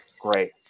Great